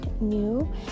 new